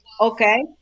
okay